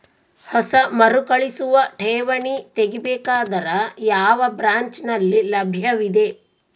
ಹೊಸ ಮರುಕಳಿಸುವ ಠೇವಣಿ ತೇಗಿ ಬೇಕಾದರ ಯಾವ ಬ್ರಾಂಚ್ ನಲ್ಲಿ ಲಭ್ಯವಿದೆ?